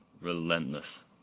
relentless